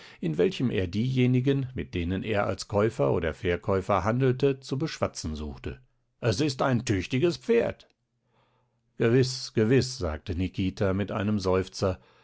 in welchem er diejenigen mit denen er als käufer oder verkäufer handelte zu beschwatzen suchte es ist ein tüchtiges pferd gewiß gewiß sagte nikita mit einem seufzer